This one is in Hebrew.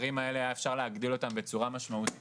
ואפשר היה להגדיל את הפערים האלה בצורה משמעותית